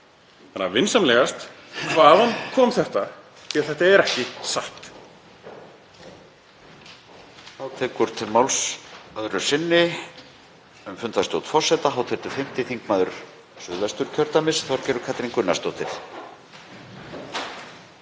Þannig að, vinsamlegast: Hvaðan kom þetta? Því að þetta er ekki satt.